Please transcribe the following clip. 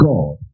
God